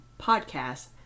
podcast